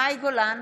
מאי גולן,